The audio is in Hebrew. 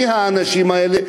ומי האנשים האלה?